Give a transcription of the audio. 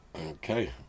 Okay